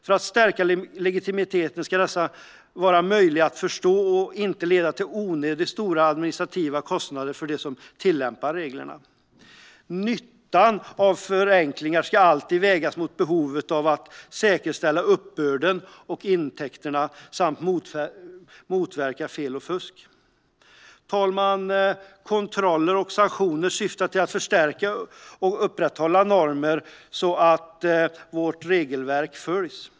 För att stärka legitimiteten ska dessa vara möjliga att förstå och inte leda till onödigt stora administrativa kostnader för dem som ska tillämpa reglerna. Nyttan av förenklingar ska alltid vägas mot behovet av att säkerställa uppbörden och intäkterna samt att motverka fel och fusk. Herr talman! Kontroller och sanktioner syftar till att förstärka och upprätthålla normer så att regelverk följs.